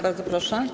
Bardzo proszę.